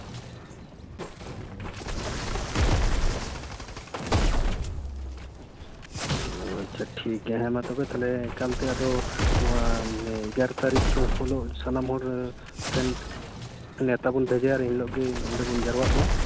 ᱟᱪᱪᱷ ᱴᱷᱤᱠᱜᱮᱭᱟ ᱦᱮᱸᱢᱟ ᱛᱟᱦᱞᱮ ᱮᱠᱟᱞᱛᱮ ᱟᱫᱚ ᱮᱜᱟᱨᱚ ᱛᱟᱹᱨᱤᱠᱷ ᱦᱤᱞᱳᱜ ᱥᱟᱱᱟᱢ ᱦᱚᱲ ᱴᱷᱮᱱ ᱱᱮᱶᱛᱟ ᱵᱚᱱ ᱵᱷᱮᱡᱟᱭᱟ ᱟᱨ ᱮᱱ ᱦᱤᱞᱳᱜ ᱜᱮ ᱚᱸᱰᱮ ᱵᱚᱱ ᱡᱟᱨᱣᱟᱜ ᱢᱟ